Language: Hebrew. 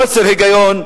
חוסר היגיון,